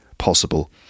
Possible